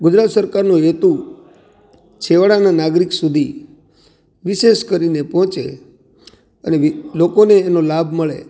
ગુજરાત સરકારનો હેતુ છેવાડાના નાગરિક સુધી વિશેષ કરીને પહોંચે અને લોકોને એનો લાભ મળે